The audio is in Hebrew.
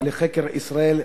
לחקר ישראל,